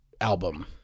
album